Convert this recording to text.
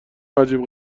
عجیب